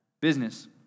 business